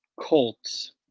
Colts